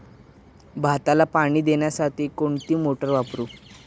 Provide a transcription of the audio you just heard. भाताला पाणी देण्यासाठी कोणती मोटार वापरू?